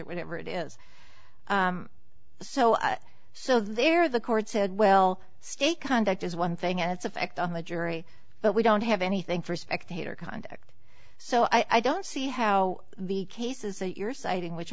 or whatever it is so so there the court said well stay conduct is one thing and it's effect on the jury but we don't have anything for spectator conduct so i don't see how the cases that you're citing which